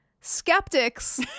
skeptics